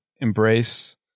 embrace